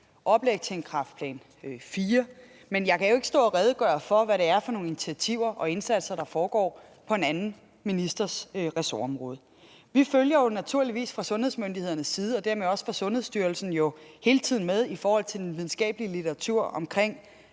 oplæg til en Kræftplan IV, men jeg kan jo ikke stå og redegøre for, hvad det er for nogle initiativer og indsatser, der er i gang på en anden ministers ressortområde. Vi følger naturligvis fra sundhedsmyndighedernes, og dermed også Sundhedsstyrelsens, side hele tiden med i den videnskabelige litteratur om